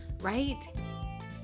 right